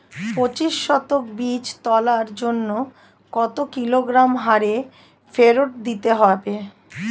পঁচিশ শতক বীজ তলার জন্য কত কিলোগ্রাম হারে ফোরেট দিতে হবে?